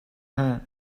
hlah